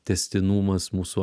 tęstinumas mūsų